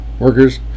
workers